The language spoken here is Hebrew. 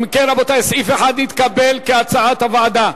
אם כן, רבותי, סעיף 1 נתקבל כהצעת הוועדה.